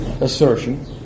assertion